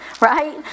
right